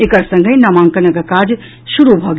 एकर संगहि नामांकनक काज शुरू भऽ गेल